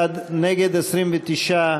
נגד, 29,